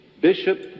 bishop